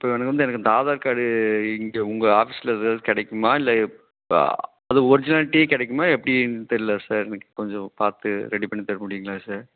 இப்போ எனக்கு வந்து எனக்கு இந்த ஆதார் கார்டு இங்கே உங்கள் ஆஃபீஸில் எதாவது கிடைக்குமா இல்லை இப்போ அது ஒரிஜினாலிட்டி கிடைக்குமா எப்படின் தெரியல சார் எனக்கு கொஞ்சம் பார்த்து ரெடி பண்ணி தர முடியுங்களா சார்